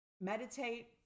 meditate